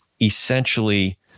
essentially